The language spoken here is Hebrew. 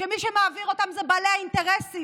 ומי שמעביר אותו זה בעלי האינטרסים,